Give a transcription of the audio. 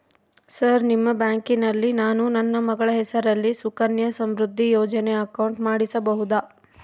Sir ನಿಮ್ಮ ಬ್ಯಾಂಕಿನಲ್ಲಿ ನಾನು ನನ್ನ ಮಗಳ ಹೆಸರಲ್ಲಿ ಸುಕನ್ಯಾ ಸಮೃದ್ಧಿ ಯೋಜನೆ ಅಕೌಂಟ್ ಮಾಡಿಸಬಹುದಾ?